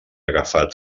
agafat